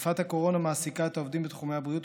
מגפת הקורונה מעסיקה את העובדים בתחומי הבריאות,